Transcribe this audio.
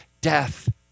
death